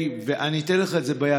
אני אתן לך את זה ביד,